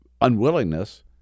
unwillingness